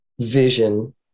vision